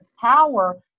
power